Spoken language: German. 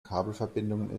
kabelverbindungen